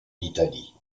italie